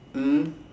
mm